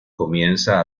comienza